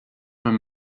man